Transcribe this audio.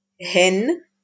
hen